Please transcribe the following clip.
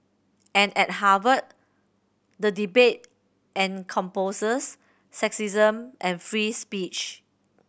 and at Harvard the debate sexism and free speech